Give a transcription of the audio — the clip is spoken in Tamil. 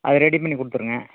அது ரெடி பண்ணிக் கொடுத்துருங்க